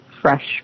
fresh